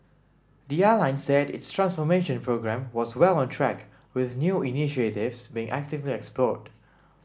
the airline said its transformation programme was well on track with new initiatives being actively explored